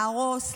להרוס,